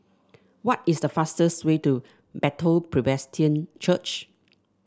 what is the fastest way to Bethel Presbyterian Church